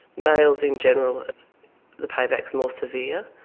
males in general the payback's more severe.